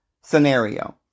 scenario